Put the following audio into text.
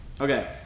Okay